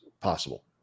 possible